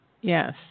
Yes